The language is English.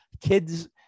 kids